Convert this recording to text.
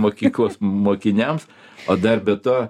mokyklos mokiniams o dar be to